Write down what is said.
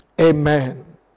Amen